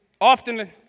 often